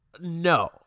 No